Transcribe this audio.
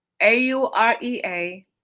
A-U-R-E-A